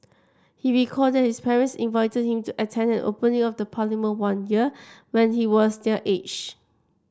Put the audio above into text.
he recalled that his parents invited him to attend an opening of Parliament one year when he was their age